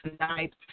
tonight